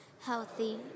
healthy